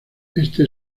este